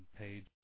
page